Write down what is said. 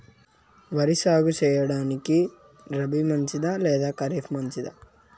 వరి సాగు సేయడానికి రబి మంచిదా లేకుంటే ఖరీఫ్ మంచిదా